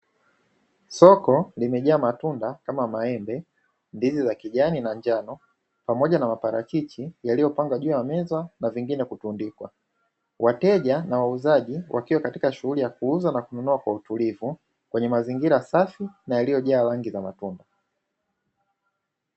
Soko limejaa matunda kama maembe, ndizi za kijani na njano pamoja na maparachichi yaliyopangwa juu ya meza na vingine kutundikwa. Wateja na wauzaji wakiwa katika shughuli ya kuuza na kununua kwa utulivu, kwenye mazingira safi na yaliyojaa rangi za matunda.